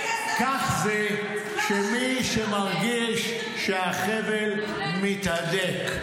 כך זה מי שמרגיש שהחבל מתהדק.